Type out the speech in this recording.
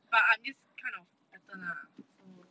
but I'm this kind of pattern lah so